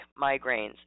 migraines